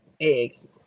eggs